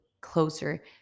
closer